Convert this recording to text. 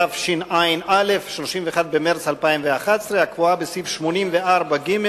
תשע"א, 31 במרס 2011, הקבועה בסעיף 84(ג)